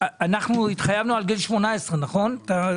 אנחנו התחייבנו עד גיל 18 נכון?